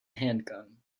handgun